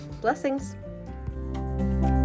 blessings